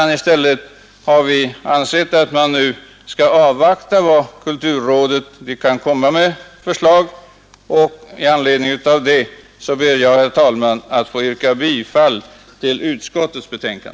I stället har vi ansett oss böra avvakta vad kulturrådet kan komma att föreslå. Herr talman! Med det anförda ber jag att få yrka bifall till utskottets hemställan.